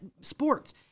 sports